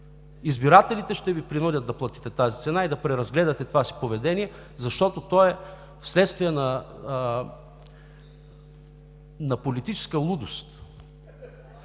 Избирателите ще Ви принудят да платите тази цена и да преразгледате това си поведение, защото то е вследствие на политическа лудост.